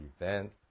event